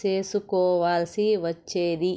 సేసుకోవాల్సి వచ్చేది